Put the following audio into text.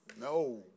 no